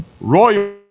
royal